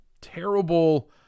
terrible